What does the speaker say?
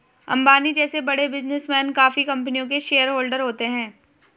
अंबानी जैसे बड़े बिजनेसमैन काफी कंपनियों के शेयरहोलडर होते हैं